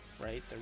right